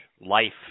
life